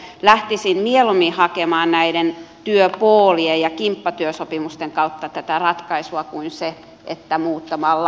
lähtisin mieluummin hakemaan näiden työpoolien ja kimppatyösopimusten kautta tätä ratkaisua kuin muuttamalla